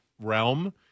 realm